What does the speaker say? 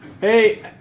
Hey